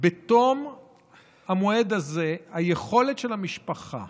בתום המועד הזה היכולת של המשפחה